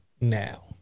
now